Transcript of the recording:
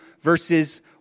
verses